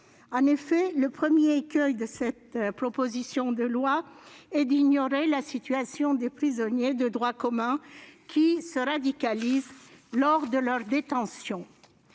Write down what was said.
En effet, le premier écueil de cette proposition de loi est d'ignorer la situation des prisonniers de droit commun qui se radicalisent lors de leur détention.